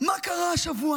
מה קרה השבוע.